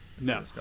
No